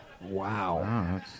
Wow